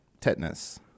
Tetanus